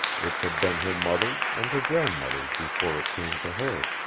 which had been her mother's and her grandmother's before it came to her.